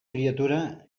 criatura